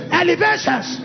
elevations